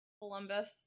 Columbus